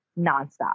nonstop